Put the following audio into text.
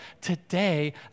today